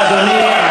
תודה, אדוני.